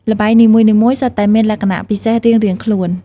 ល្បែងនីមួយៗសុទ្ធតែមានលក្ខណៈពិសេសរៀងៗខ្លួន។